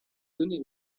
donner